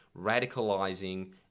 radicalizing